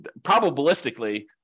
probabilistically